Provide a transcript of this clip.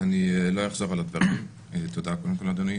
קודם כל, תודה, אדוני.